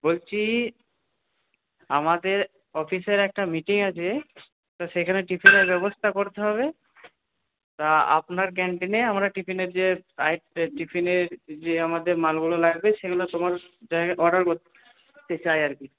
বলছি আমাদের অফিসের একটা মিটিং আছে তো সেখানে টিফিনের ব্যবস্থা করতে হবে তা আপনার ক্যান্টিনে আমরা টিফিনের যে আইটেম টিফিনের যে আমাদের মালগুলো লাগবে সেগুলো তোমার জায়গায় অর্ডার করতে চাই আর কি